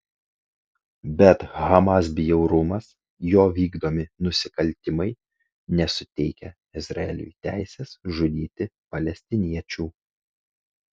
bet hamas bjaurumas jo vykdomi nusikaltimai nesuteikia izraeliui teisės žudyti palestiniečių